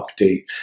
update